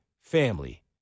family